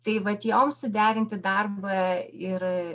tai vat joms suderinti darbą ir